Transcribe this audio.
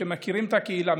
שמכירים את הקהילה,